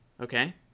Okay